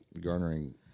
garnering